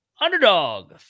underdog